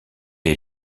est